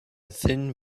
thin